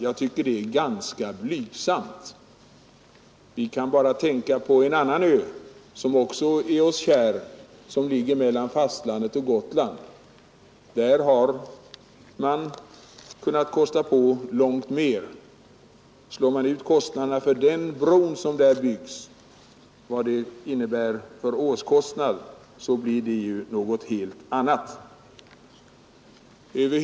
Jag finner det ganska blygsamt. Vi kan bara tänka på en annan ö, som också är oss kär och som ligger mellan fastlandet och Gotland. Där har man satsat långt mer. Slår man ut kostnaderna för Ölandsbron per år, blir det en helt annan siffra.